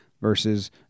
versus